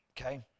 Okay